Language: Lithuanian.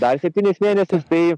dar septynis mėnesius tai